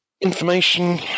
information